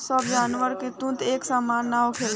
सब जानवर के तंतु एक सामान ना होखेला